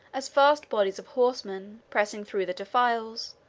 as vast bodies of horsemen, pressing through the defiles,